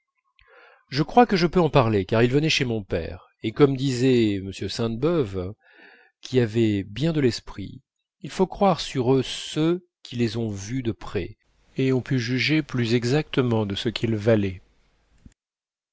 je crois que je peux en parler car ils venaient chez mon père et comme disait m sainte-beuve qui avait bien de l'esprit il faut croire sur eux ceux qui les ont vus de près et ont pu juger plus exactement de ce qu'ils valaient